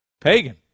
Pagan